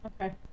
Okay